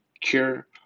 cure